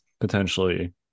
potentially